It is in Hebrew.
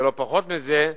ולא פחות מזה,